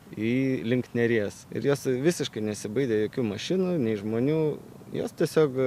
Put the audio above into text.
į link neries ir jos visiškai nesibaidė jokių mašinų nei žmonių jos tiesiog